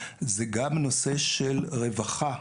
אלא גם נושא של רווחה,